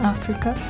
Africa